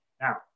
Now